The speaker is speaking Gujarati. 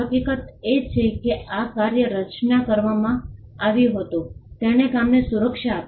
હકીકત એ છે કે આ કાર્ય રચના કરવામાં આવ્યું હતું તેણે કામને સુરક્ષા આપી